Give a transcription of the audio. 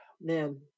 Man